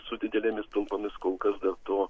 su didelėmis talpomis kol kas dar to